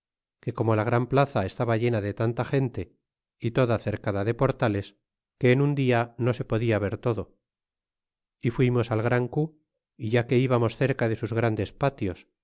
que como la gran plaza estaba llena de tanta gente y toda cercada de portales que en un dia no se podia ver todo y fuimos al gran cu a ya que íbamos cerca de sus grandes patios